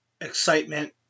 excitement